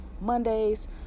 mondays